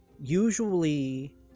usually